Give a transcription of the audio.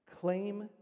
claim